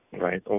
Right